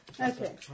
Okay